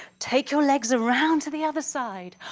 take your legs around to the other side,